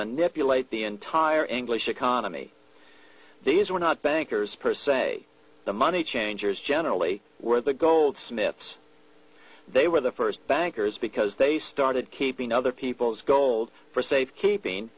manipulate the entire anguish economy these were not bankers per se the money changers generally were the goldsmith's they were the first bankers because they started keeping other people's gold for safe keeping